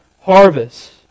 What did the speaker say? harvest